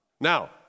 Now